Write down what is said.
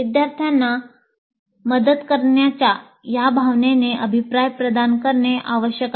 विद्यार्थ्यांना मदत करण्याच्या या भावनेने अभिप्राय प्रदान करणे आवश्यक आहे